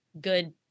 good